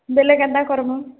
ବୋଇଲେ କେନ୍ତା କରମୁଁ